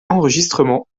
enregistrements